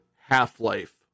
Half-Life